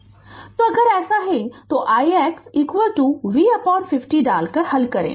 Refer Slide Time 0353 तो अगर ऐसा है तो ix V50 डालकर हल करें